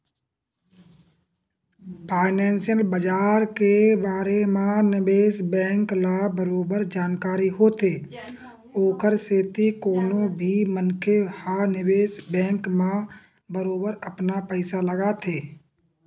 financial बजार के बारे म निवेस बेंक ल बरोबर जानकारी होथे ओखर सेती कोनो भी मनखे ह निवेस बेंक म बरोबर अपन पइसा लगाथे